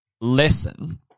lesson